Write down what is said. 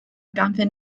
ganddyn